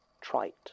trite